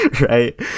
Right